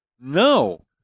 no